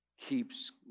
keeps